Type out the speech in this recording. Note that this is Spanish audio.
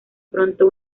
pronto